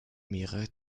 mehrere